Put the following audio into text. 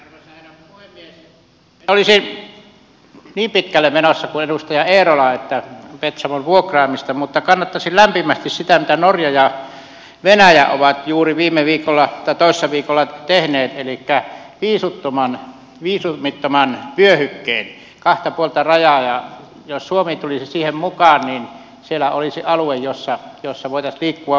en olisi niin pitkälle menossa kuin edustaja eerola petsamon vuokraamiseen mutta kannattaisin lämpimästi sitä mitä norja ja venäjä ovat juuri toissa viikolla tehneet elikkä viisumitonta vyöhykettä kahta puolta rajaa ja jos suomi tulisi siihen mukaan niin siellä olisi alue jolla voitaisiin liikkua vapaasti